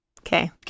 okay